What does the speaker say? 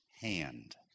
hand